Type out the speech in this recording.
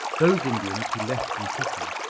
those indians who left and settled,